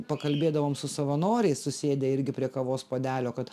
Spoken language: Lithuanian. pakalbėdavom su savanoriais susėdę irgi prie kavos puodelio kad